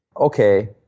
Okay